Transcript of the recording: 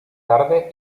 tarde